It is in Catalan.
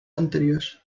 anteriors